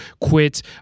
quit